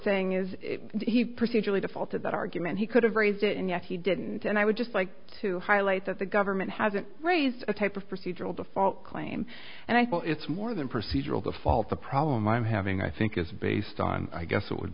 saying is he procedurally defaulted that argument he could have raised it and yet he didn't and i would just like to highlight that the government hasn't raised a type of procedural default claim and i feel it's more than procedural default the problem i'm having i think is based on i guess it would